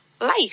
life